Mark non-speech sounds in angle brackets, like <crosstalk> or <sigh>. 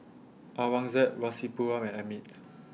Aurangzeb Rasipuram and Amit <noise>